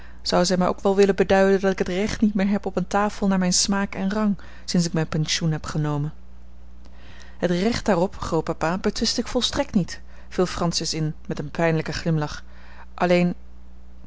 zou zij mij ook wel willen beduiden dat ik het recht niet meer heb op eene tafel naar mijn smaak en rang sinds ik mijn pensioen heb genomen het recht daarop grootpapa betwist ik volstrekt niet viel francis in met een pijnlijken glimlach alleen